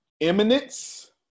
eminence